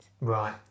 Right